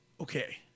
okay